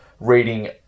reading